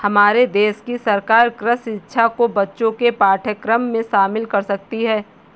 हमारे देश की सरकार कृषि शिक्षा को बच्चों के पाठ्यक्रम में शामिल कर रही है